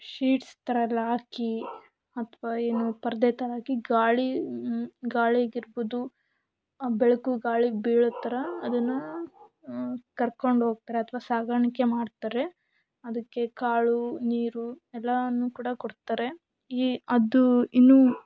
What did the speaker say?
sheets ಥರ ಎಲ್ಲ ಹಾಕಿ ಅಥವಾ ಏನು ಪರದೆ ಥರ ಹಾಕಿ ಗಾಳಿ ಗಾಳಿಗಿರ್ಬೋದು ಬೆಳಕು ಗಾಳಿ ಬೀಳೊ ಥರ ಅದನ್ನು ಕರ್ಕೊಂಡು ಹೋಗ್ತಾರೆ ಅಥವಾ ಸಾಗಾಣಿಕೆ ಮಾಡ್ತಾರೆ ಅದಕ್ಕೆ ಕಾಳು ನೀರು ಎಲ್ಲವನ್ನು ಕೂಡ ಕೊಡ್ತಾರೆ ಈ ಅದು ಇನ್ನು